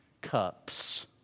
cups